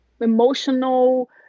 emotional